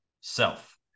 self